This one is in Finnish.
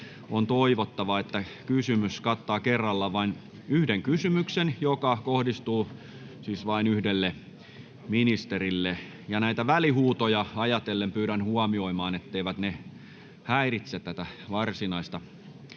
on toivottavaa, että kysymys kattaa kerrallaan vain yhden kysymyksen, joka kohdistuu yhdelle ministerille. Välihuutoja ajatellen pyydän huomioimaan, etteivät ne häiritse varsinaista